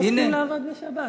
לא אסכים לעבוד בשבת,